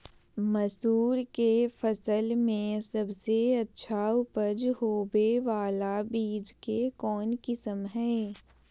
मसूर के फसल में सबसे अच्छा उपज होबे बाला बीज के कौन किस्म हय?